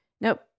nope